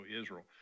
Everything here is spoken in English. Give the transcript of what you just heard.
Israel